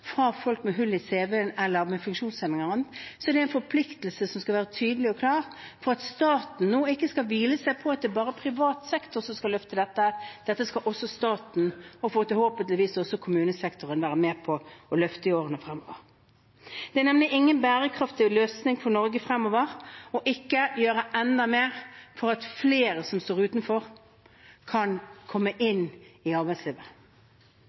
fra folk med hull i cv-en eller med funksjonshemning eller annet, er det en forpliktelse som skal være tydelig og klar på at staten nå ikke skal hvile seg på at det bare er privat sektor som skal løfte dette. Dette skal også staten og – forhåpentligvis – også kommunesektoren være med på å løfte i årene fremover. Det er nemlig ingen bærekraftig løsning for Norge fremover ikke å gjøre enda mer for at flere som står utenfor, kan komme inn i arbeidslivet.